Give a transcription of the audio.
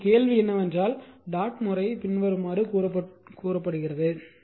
இப்போது கேள்வி என்னவென்றால் டாட் முறை பின்வருமாறு கூறப்பட்டுள்ளது